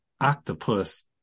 octopus